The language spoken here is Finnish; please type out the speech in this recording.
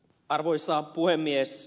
arvoisa puhemies